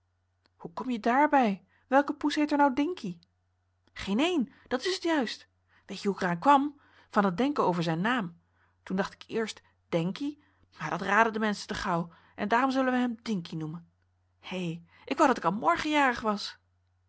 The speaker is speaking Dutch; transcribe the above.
hoe kom je daar bij welke poes heet er nou dinkie geen een dat is t juist weet je hoe ik er aan kwam van t denken over zijn naam toen dacht ik eerst denkie maar dat raden de menschen te gauw en daarom zullen we hem dinkie noemen hé ik wou dat ik al morgen jarig was